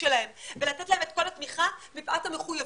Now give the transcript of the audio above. שלהם ולתת להם את כל התמיכה מפאת המחויבות.